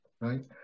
right